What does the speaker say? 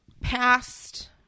past